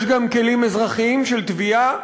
יש גם כלים אזרחיים של תביעה.